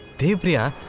devi priya.